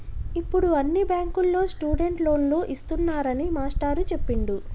ఇప్పుడు అన్ని బ్యాంకుల్లో స్టూడెంట్ లోన్లు ఇస్తున్నారని మాస్టారు చెప్పిండు